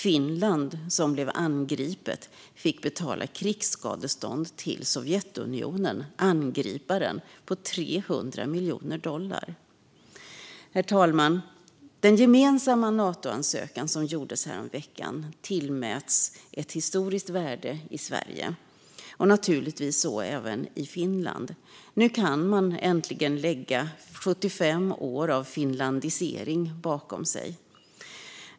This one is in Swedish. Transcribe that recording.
Finland, som blev angripet, fick betala krigsskadestånd till Sovjetunionen, angriparen, på 300 miljoner dollar. Herr talman! Den gemensamma Natoansökan som gjordes häromveckan tillmäts ett historiskt värde i Sverige och naturligtvis även i Finland. Nu kan man äntligen lägga 75 år av finlandisering bakom sig.